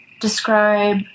describe